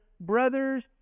Brothers